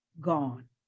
gone